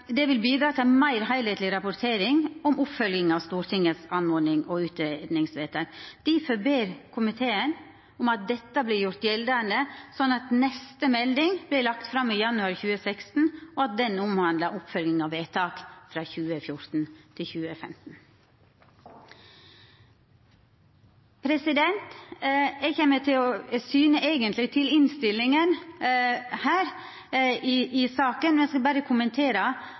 Det ville bidra til ei meir heilskapleg rapportering om oppfølginga av oppmodings- og utgreiingsvedtaka i Stortinget. Difor ber komiteen om at dette vert gjort gjeldande, slik at neste melding vert lagd fram i januar 2016, og at ho omhandlar oppfølging av vedtak frå 2014–2015. Eg viser eigentleg til innstillinga i saka og skal berre kommentera nokre vedtak der det er ueinigheit i